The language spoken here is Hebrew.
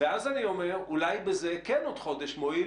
אז אני אומר שאולי בזה כן עוד חודש מועיל